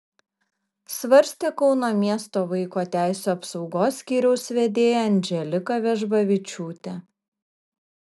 svarstė kauno miesto vaiko teisių apsaugos skyriaus vedėja andželika vežbavičiūtė